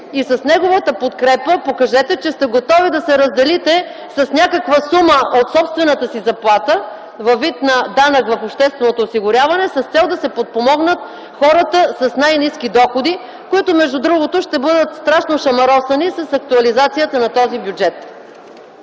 и с неговата подкрепа покажете, че сте готови да се разделите с някаква сума от собствената си заплата във вид на данък в общественото осигуряване с цел да се подпомогнат хората с най-ниски доходи, които между другото ще бъдат страшно шамаросани с актуализацията на този бюджет.